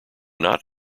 not